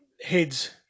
Head's